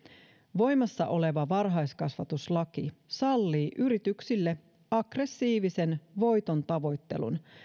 voimassa oleva varhaiskasvatuslaki sallii yrityksille aggressiivisen voitontavoittelun